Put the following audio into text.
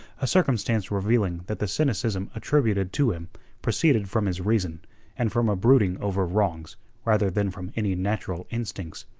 a circumstance revealing that the cynicism attributed to him proceeded from his reason and from a brooding over wrongs rather than from any natural instincts.